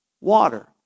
water